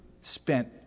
spent